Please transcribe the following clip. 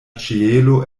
ĉielo